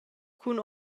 cun